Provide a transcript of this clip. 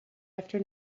after